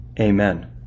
Amen